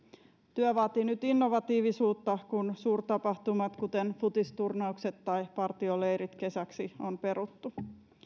työ vaatii nyt innovatiivisuutta kun suurtapahtumat kuten futisturnaukset tai partioleirit kesäksi on peruttu